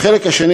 לחלק השני